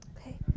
Okay